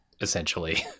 essentially